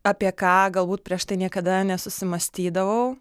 apie ką galbūt prieš tai niekada nesusimąstydavau